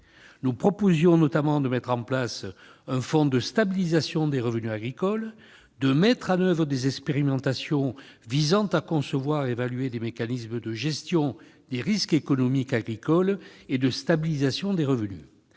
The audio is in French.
Nous proposions notamment de mettre en place un fonds de stabilisation des revenus agricoles et de mettre en oeuvre des expérimentations visant à concevoir et à évaluer des mécanismes de gestion des risques économiques agricoles et de stabilisation des revenus.